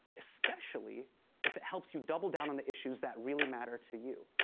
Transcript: especially if it helps you double down on the issues that really matter to you.